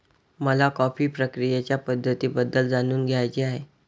मला कॉफी प्रक्रियेच्या पद्धतींबद्दल जाणून घ्यायचे आहे